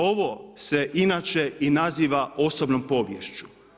Ovo se inače i naziva osobnom poviješću.